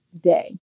day